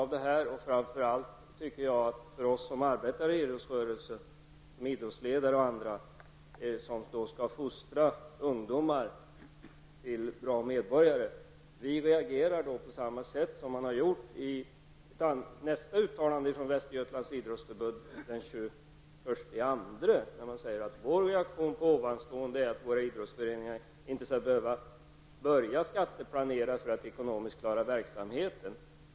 Vi som arbetar inom idrottsrörelsen som idrottsledare osv. och som skall uppfostra ungdomar till bra medborgare, reagerar på samma sätt som följande uttalande från Västergötlands idrottsförbund den 21 februari: ''Vår reaktion på ovanstående är att våra idrottsföreningar inte skall behöva börja skatteplanera för att ekonomisk klara verksamheten.